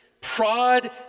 prod